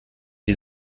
die